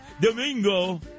Domingo